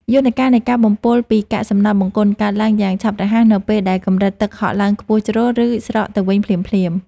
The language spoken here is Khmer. យន្តការនៃការបំពុលពីកាកសំណល់បង្គន់ កើតឡើងយ៉ាងឆាប់រហ័សនៅពេលដែលកម្រិតទឹកហក់ឡើងខ្ពស់ជ្រុល ឬស្រកទៅវិញភ្លាមៗ។